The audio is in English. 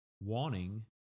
wanting